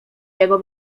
jego